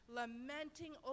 lamenting